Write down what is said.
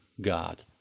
God